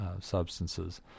Substances